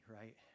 right